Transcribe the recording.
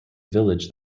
village